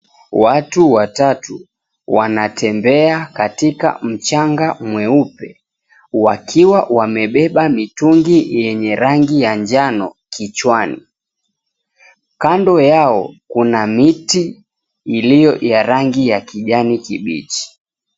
Watu watatu wanatembea katika mchanga mweupe, wakiwa wamebeba mitungi yenye rangi ya njano kichwani. Kando yao kuna miti iliyo ya rangi ya kijani kibichi.